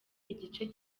igice